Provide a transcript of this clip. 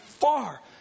far